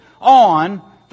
on